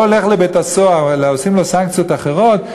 הולך לבית-הסוהר אלא עושים לו סנקציות אחרות,